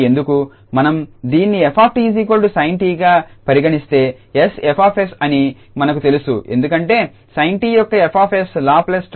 మనం దీన్ని f𝑡 sin𝑡గా పరిగణిస్తే 𝑠𝐹𝑠 అని మనకు తెలుసు ఎందుకంటే sin𝑡 యొక్క 𝐹𝑠 లాప్లేస్ ట్రాన్స్ఫార్మ్ 1 𝑠21